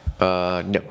No